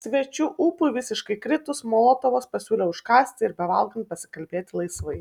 svečių ūpui visiškai kritus molotovas pasiūlė užkąsti ir bevalgant pasikalbėti laisvai